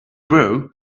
grow